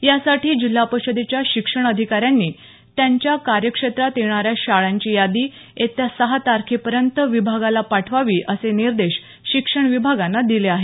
यासाठी जिल्हा परिषदेच्या शिक्षण अधिकाऱ्यांनी त्यांच्या कार्यक्षेत्रात येणाऱ्या शाळांची यादी येत्या सहा तारखेपर्यंत विभागाला पाठवावी असे निर्देश शिक्षण विभागानं दिले आहेत